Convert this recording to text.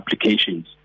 applications